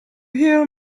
hear